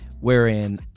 wherein